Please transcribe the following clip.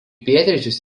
pietryčius